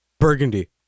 burgundy